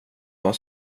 har